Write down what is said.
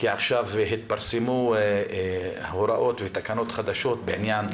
כי עכשיו התפרסמו הוראות ותקנות חדשות לעניין